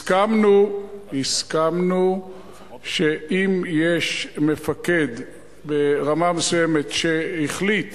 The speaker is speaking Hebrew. הסכמנו שאם יש מפקד ברמה מסוימת שהחליט